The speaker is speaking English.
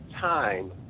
time